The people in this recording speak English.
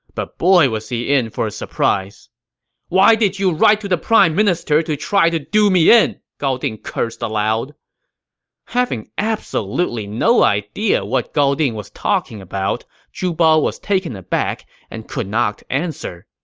but boy was he in for a surprise why did you write to the prime minister to try to do me in! gao ding cursed aloud having absolutely no idea what gao ding was talking about, zhu bao was taken aback and could not answer.